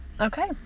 Okay